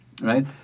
right